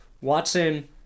Watson